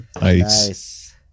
Nice